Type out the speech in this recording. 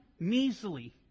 Measly